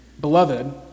Beloved